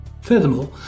Furthermore